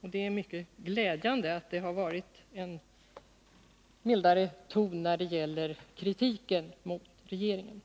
Det är mycket glädjande att det har varit en mildare ton i kritiken mot regeringen.